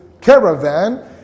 caravan